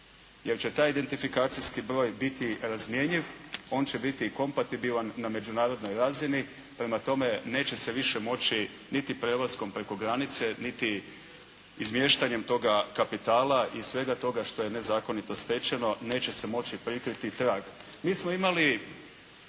Jer će taj identifikacijski broj biti razmjenjiv, on će biti i komparativan na međunarodnoj razini, prema tome neće se više moći niti prelaskom preko granice, niti izmiještanjem toga kapitala i svega toga što je nezakonito stečeno neće se moći prikriti trag.